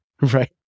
right